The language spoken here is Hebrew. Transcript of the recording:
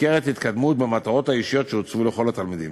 ניכרת התקדמות במטרות האישיות שהוצבו לכל התלמידים.